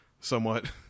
somewhat